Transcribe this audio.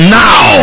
now